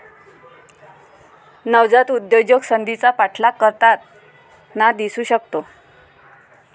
नवजात उद्योजक संधीचा पाठलाग करताना दिसू शकतो